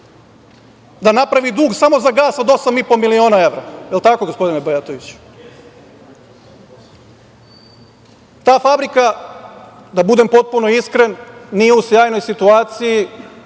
da napravi dug samo za gas od 8,5 miliona evra, da li je tako gospodine Bajatoviću? Ta fabrika, da budem potpuno iskren, nije u sjajnoj situaciji,